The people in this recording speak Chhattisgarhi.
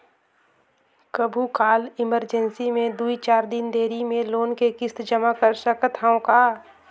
कभू काल इमरजेंसी मे दुई चार दिन देरी मे लोन के किस्त जमा कर सकत हवं का?